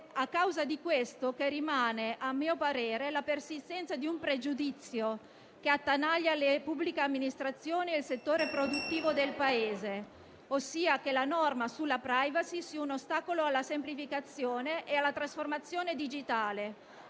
a causa di questo che rimane - a mio parere - la persistenza di un pregiudizio che attanaglia le pubbliche amministrazioni e il settore produttivo del Paese, ossia che la norma sulla *privacy* sia un ostacolo alla semplificazione e alla trasformazione digitale,